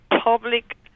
public